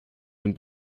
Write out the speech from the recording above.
den